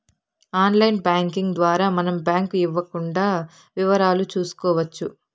online banking ద్వారా మనం bank ఇవ్వకుండా వివరాలు చూసుకోవచ్చు